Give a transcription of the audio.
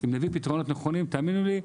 אם נביא פתרונות נכונים, תאמינו לי,